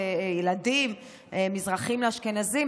ילדים מזרחים לאשכנזים,